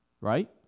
Right